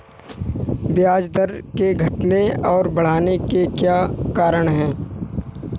ब्याज दर के घटने और बढ़ने के क्या कारण हैं?